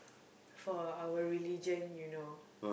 for our religion you know